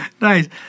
Nice